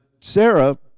Sarah